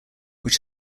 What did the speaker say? which